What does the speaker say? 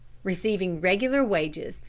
receiving regular wages,